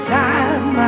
time